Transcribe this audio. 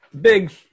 big